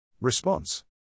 Response